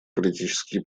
политические